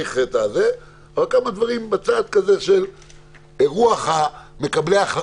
אבל כמה דברים בצד של רוח המחוקק